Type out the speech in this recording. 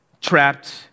trapped